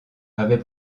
avait